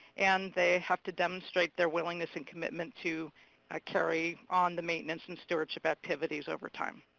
and they have to demonstrate their willingness and commitment to ah carry on the maintenance and stewardship activities over time.